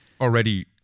already